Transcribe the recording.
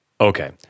Okay